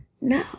No